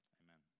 amen